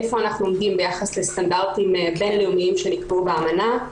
איפה אנחנו עומדים ביחס לסטנדרטים בין לאומיים שנקבעו באמנה.